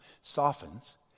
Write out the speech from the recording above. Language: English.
softens